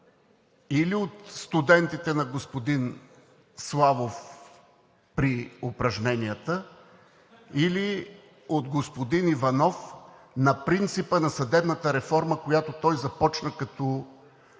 или от студентите на господин Славов при упражненията, или от господин Иванов на принципа на съдебната реформа, която той започна като